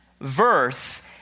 verse